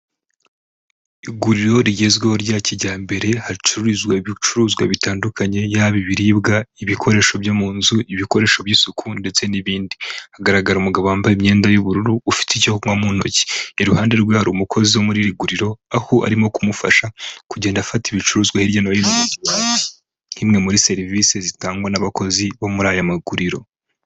Iguriro rigezweho rya kijyambere hacuruzwa ibicuruzwa bitandukanye yaba ibiribwa ibikoresho byo mu nzu ibikoresho by'isuku ndetse n'ibindi, hagaragara umugabo wambaye imyenda y'ubururu ufite icyo kunywa mu ntoki, iruhande rwe hari umukozi wo muririguriro aho arimo kumufasha kugenda afata ibicuruzwa hirya no hino nk'i imwe muri serivisi zitangwa n'abakozi bo muri aya maguriro.